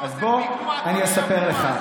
אני אספר לך,